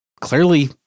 clearly